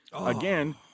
Again